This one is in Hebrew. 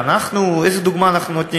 ואיזו דוגמה אנחנו נותנים,